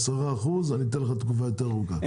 ב-10% אני אתן לך תקופה יותר ארוכה.